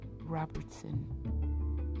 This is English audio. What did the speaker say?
Robertson